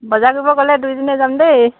বজাৰ কৰিব গ'লে দুইজনীয়ে যাম দেই